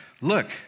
look